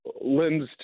lends